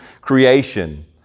creation